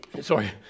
Sorry